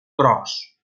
gros